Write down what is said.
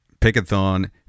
Pickathon